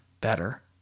better